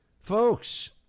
Folks